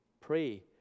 pray